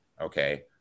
Okay